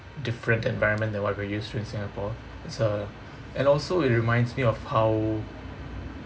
different environment than what we used in singapore it's a and also it reminds me of how